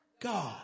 God